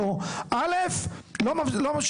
אז בוא נעבור הלאה.